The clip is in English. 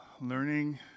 Learning